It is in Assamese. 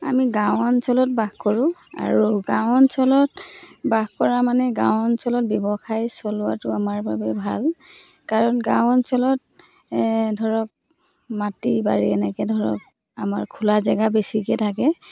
আমি গাঁও অঞ্চলত বাস কৰোঁ আৰু গাঁও অঞ্চলত বাস কৰা মানে গাঁও অঞ্চলত ব্যৱসায় চলোৱাটো আমাৰ বাবে ভাল কাৰণ গাঁও অঞ্চলত ধৰক মাটি বাৰী এনেকৈ ধৰক আমাৰ খোলা জেগা বেছিকৈ থাকে